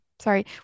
sorry